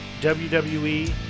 WWE